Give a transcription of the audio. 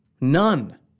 None